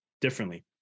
differently